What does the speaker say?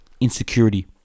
insecurity